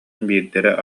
биирдэрэ